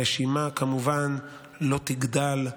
הרשימה כמובן לא תגדל,